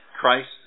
Christ